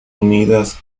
unidas